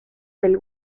del